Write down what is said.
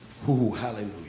hallelujah